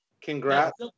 Congrats